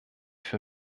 für